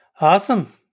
Awesome